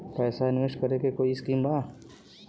पैसा इंवेस्ट करे के कोई स्कीम बा?